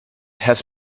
has